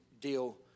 deal